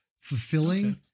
fulfilling